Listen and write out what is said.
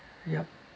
yup